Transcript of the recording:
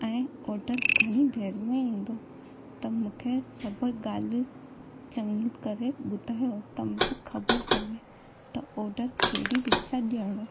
ऐं ऑडर घणी देरि में ईंदो त मूंखे सभु ॻाल्हि चंङी करे ॿुधायो त मूंखे ख़बर पवे त ऑडर कहिड़ी रीत सां ॾियणो